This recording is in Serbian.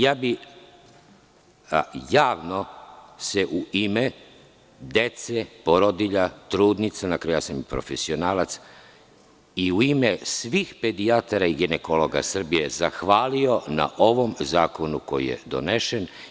Ja bih se javno, u ime dece, porodilja, trudnica, na kraju, ja sam i profesionalac, i u ime svih pedijatara i ginekologa Srbije, zahvalio na ovom zakonu koji je donesen.